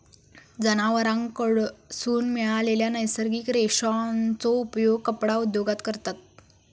जनावरांकडसून मिळालेल्या नैसर्गिक रेशांचो उपयोग कपडा उद्योगात करतत